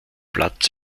platz